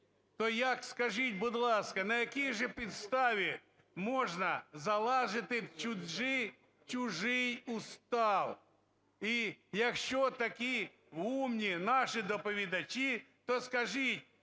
То як, скажіть, будь ласка, на якій же підставі можна залазити в чужий устав? І якщо такі умні наші доповідачі, то скажіть